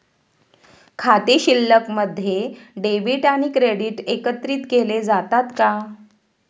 खाते शिल्लकमध्ये डेबिट आणि क्रेडिट एकत्रित केले जातात का?